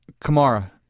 Kamara